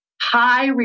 high